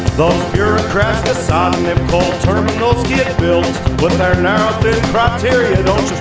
those bureaucrats decidin' if coal terminals get built with their narrow, thin criteria don't